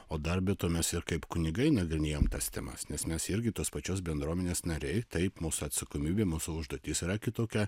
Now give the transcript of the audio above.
o dar be to mes ir kaip kunigai nagrinėjom tas temas nes mes irgi tos pačios bendruomenės nariai taip mūsų atsakomybė mūsų užduotis yra kitokia